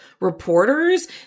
reporters